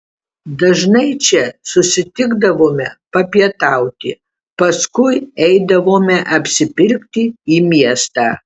dažnai čia susitikdavome papietauti paskui eidavome apsipirkti į miestą